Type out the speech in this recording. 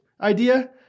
idea